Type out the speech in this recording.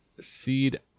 seed